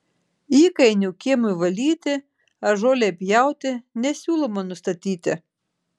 įkainių kiemui valyti ar žolei pjauti nesiūloma nustatyti